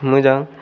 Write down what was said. मोजां